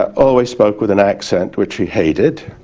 always spoke with an accent which he hated,